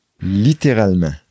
Littéralement